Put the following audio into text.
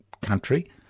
country